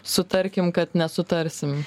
sutarkim kad nesutarsim